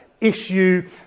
issue